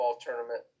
tournament